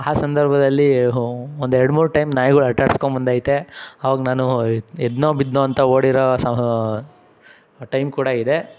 ಆ ಸಂದರ್ಭದಲ್ಲಿ ಒಂದೆರಡು ಮೂರು ಟೈಮ್ ನಾಯಿಗಳು ಅಟ್ಟಾಡ್ಸ್ಕೊಂಡ್ ಬಂದೈತೆ ಆವಾಗ ನಾನು ಎದ್ದೆನೋ ಬಿದ್ದೆನೋ ಅಂತ ಓಡಿರೋ ಟೈಮ್ ಕೂಡ ಇದೆ